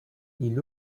ils